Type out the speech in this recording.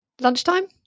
Lunchtime